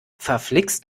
verflixt